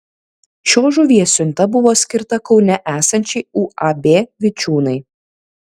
šios žuvies siunta buvo skirta kaune esančiai uab vičiūnai